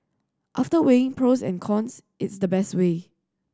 after weighing pros and cons it's the best way